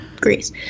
Greece